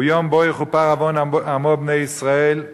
יום שבו "יכופר עוון עמו בני ישראל,